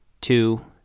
two